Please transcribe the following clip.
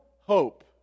hope